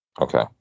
Okay